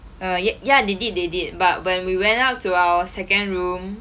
ah ya ya they did they did but when we went out to our second room